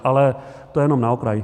Ale to jenom na okraj.